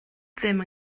ddim